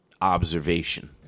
observation